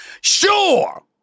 Sure